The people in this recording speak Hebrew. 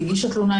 היא הגישה תלונה.